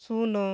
ଶୂନ